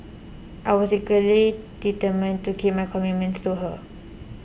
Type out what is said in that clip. I was equally determined to keep my commitment to her